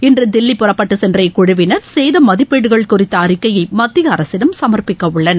இன்று தில்லி புறப்பட்டு சென்ற இக்குழுவினர் சேத மதிப்பீடுகள் குறித்த அறிக்கையை மத்திய அரசிடம் சமா்ப்பிக்க உள்ளனர்